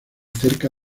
cerca